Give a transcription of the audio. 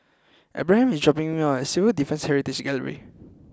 Abraham is dropping me off at Civil Defence Heritage Gallery